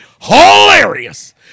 hilarious